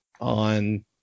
on